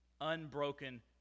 unbroken